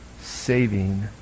saving